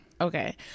Okay